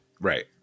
right